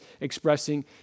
expressing